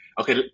okay